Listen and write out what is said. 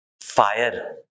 Fire